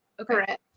Correct